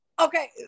okay